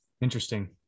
interesting